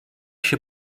się